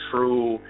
true